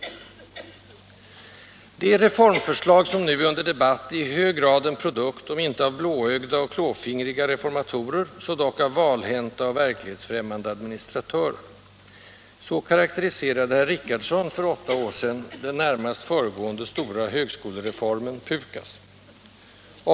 ”Det reformförslag som nu är under debatt är i hög grad en produkt om inte av blåögda och klåfingriga reformatorer så dock av valhänta och verklighetsfrämmande administratörer.” Så karakteriserade herr Richardson för åtta år sedan den närmast föregående stora högskolereformen, PUKAS.